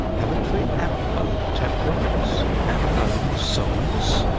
haven't we our own temperaments, our own souls?